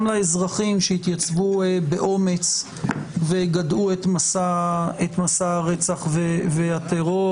לאזרחים שהתייצבו באומץ וגדעו את מסע הרצח והטרור.